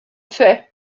fait